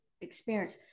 experience